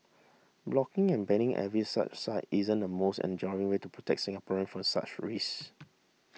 blocking and banning every such site isn't the most enduring way to protect Singaporeans for such risks